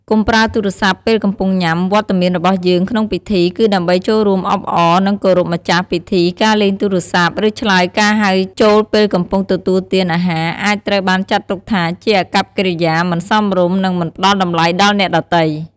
កុំប្រើទូរសព្ទពេលកំពុងញ៉ាំ វត្តមានរបស់យើងក្នុងពិធី គឺដើម្បីចូលរួមអបអរ និងគោរពម្ចាស់ពិធីការលេងទូរសព្ទ ឬឆ្លើយការហៅចូលពេលកំពុងទទួលទានអាហារ អាចត្រូវបានចាត់ទុកថាជាអាកប្បកិរិយាមិនសមរម្យ និងមិនផ្ដល់តម្លៃដល់អ្នកដទៃ។